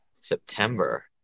September